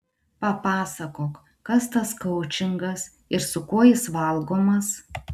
papasakok kas tas koučingas ir su kuo jis valgomas